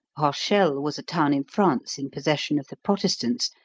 rochelle was a town in france in possession of the protestants,